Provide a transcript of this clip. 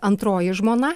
antroji žmona